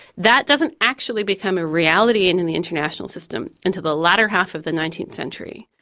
that doesn't actually become a reality and in the international system until the latter half of the nineteenth century.